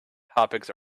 topics